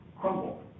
crumble